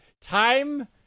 Time